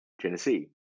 Tennessee